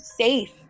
safe